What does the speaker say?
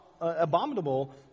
abominable